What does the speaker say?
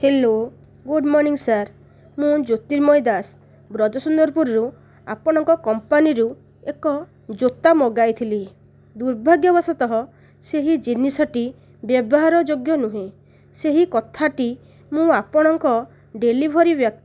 hello good morning sir ମୁଁ ଜ୍ୟୋର୍ତିମୟୀ ଦାସ ବ୍ରଜସୁନ୍ଦରପୁରରୁ ଆପଣଙ୍କ କମ୍ପାନୀରୁ ଏକ ଜୋତା ମଗାଇଥିଲି ଦୁର୍ଭାଗ୍ୟ ବଶତଃ ସେହି ଜିନିଷଟି ବ୍ୟବହାର ଯୋଗ୍ୟ ନୁହେଁ ସେହି କଥାଟି ମୁଁ ଆପଣଙ୍କ ଡେଲିଭରି